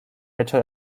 lecho